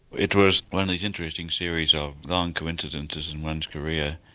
it was one of those interesting series of long coincidences in one's career.